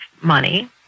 money